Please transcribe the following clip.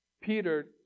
Peter